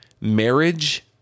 marriage